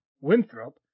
Winthrop